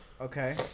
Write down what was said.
okay